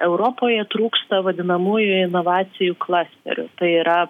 europoje trūksta vadinamųjų inovacijų klasterių tai yra